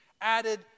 added